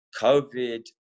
covid